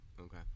okay